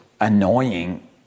annoying